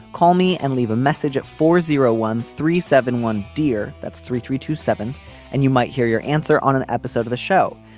call me and leave a message at four zero one three seven one. dear that's three three two seven and you might hear your answer on an episode of the show.